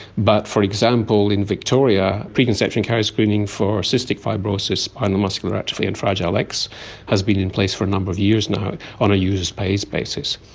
but, for example, in victoria, preconception carrier screening for cystic fibrosis, spinal and muscular atrophy and fragile x has been in place for a number of years now on a user pays basis.